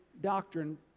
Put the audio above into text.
doctrine